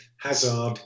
Hazard